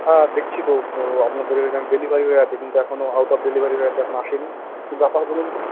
হ্যাঁ দেখছি তো আপনাদের এখানে ডেলিভারি হয়ে আছে কিন্তু এখনও আউট অফ ডেলিভারি হয়ে তো এখনও আসেনি কি ব্যাপার বলুন তো